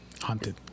haunted